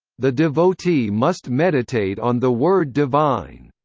the devotee must meditate on the word divine.